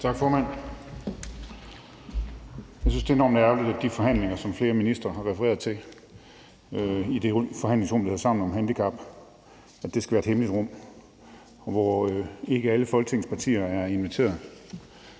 Tak, formand. Jeg synes, det er enormt ærgerligt, at de forhandlinger, som flere ministre har refereret til, i det forhandlingsrum, der hedder Sammen om handicap, er foregået i et hemmeligt rum, hvor ikke alle Folketingets partier er inviteret.